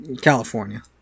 California